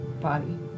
body